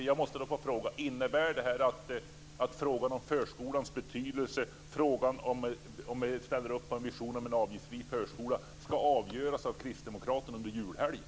Fru talman! Innebär det här att frågorna om förskolans betydelse och om ni ställer upp på en vision om en avgiftsfri förskola ska avgöras av kristdemokraterna under julhelgen?